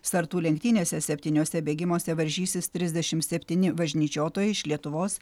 sartų lenktynėse septyniuose bėgimuose varžysis trisdešimt septyni važnyčiotojai iš lietuvos